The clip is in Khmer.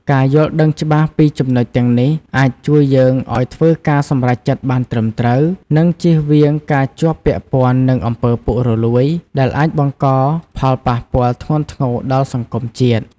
ការយល់ដឹងច្បាស់ពីចំណុចទាំងនេះ អាចជួយយើងឱ្យធ្វើការសម្រេចចិត្តបានត្រឹមត្រូវ និងជៀសវាងការជាប់ពាក់ព័ន្ធនឹងអំពើពុករលួយ ដែលអាចបង្កផលប៉ះពាល់ធ្ងន់ធ្ងរដល់សង្គមជាតិ។